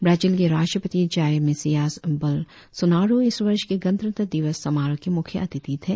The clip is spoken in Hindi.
ब्राजील के राष्ट्रपति जाइर मैसियास बोलसोनारो इस वर्ष के गणतंत्र दिवस समारोह के मुख्य अतिथि थे